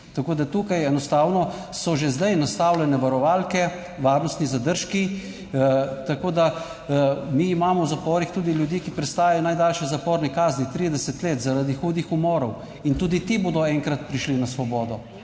Tako da tukaj enostavno so že zdaj nastavljene varovalke, varnostni zadržki. Tako da mi imamo v zaporih tudi ljudi, ki prestajajo najdaljše zaporne kazni 30 let zaradi hudih umorov in tudi ti bodo enkrat prišli na svobodo.